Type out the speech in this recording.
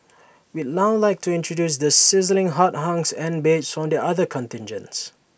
we'd now like to introduce the sizzling hot hunks and babes from the other contingents